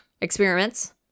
experiments